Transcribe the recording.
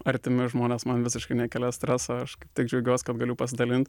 artimi žmonės man visiškai nekelia streso aš kaip tik džiaugiuos kad galiu pasidalint